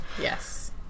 yes